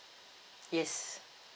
yes